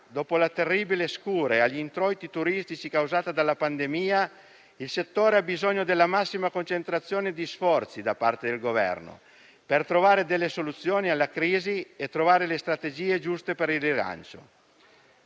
dopo la terribile scure agli introiti turistici causata dalla pandemia, il settore ha bisogno della massima concentrazione di sforzi da parte del Governo, per trovare soluzioni alla crisi e strategie giuste per il rilancio.